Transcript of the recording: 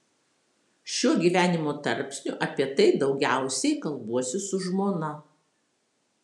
šiuo gyvenimo tarpsniu apie tai daugiausiai kalbuosi su žmona